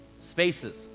Spaces